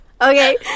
Okay